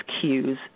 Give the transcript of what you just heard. cues